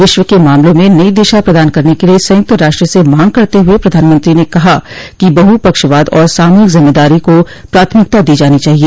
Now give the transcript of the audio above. विश्व के मामलों में नयी दिशा प्रदान करने के लिए संयुक्त राष्ट्र से मांग करते हुए प्रधानमंत्री ने कहा कि बहु पक्षवाद और सामूहिक जिम्मदारी को प्राथमिकता दी जानी चाहिए